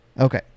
Okay